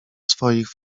swoich